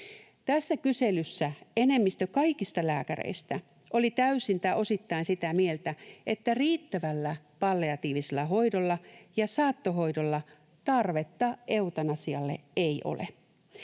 Tässä kyselyssä enemmistö kaikista lääkäreistä oli täysin tai osittain sitä mieltä, että riittävällä palliatiivisella hoidolla ja saattohoidolla tarvetta eutanasialle ei ole.